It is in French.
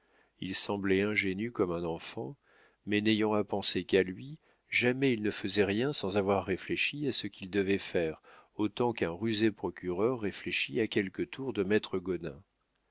il semblait ingénu comme un enfant mais n'ayant à penser qu'à lui jamais il ne faisait rien sans avoir réfléchi à ce qu'il devait faire autant qu'un rusé procureur réfléchit à quelque tour de maître